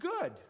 good